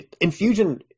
Infusion